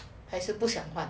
还是不想换